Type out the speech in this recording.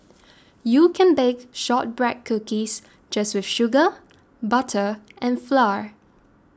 you can bake Shortbread Cookies just with sugar butter and flour